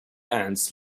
ants